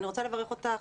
אני רוצה לברך אותך,